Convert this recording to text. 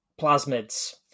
plasmids